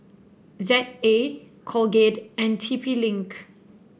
Z A Colgate and T P Link